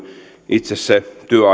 itse työaikana saatu ansio kuukaudessa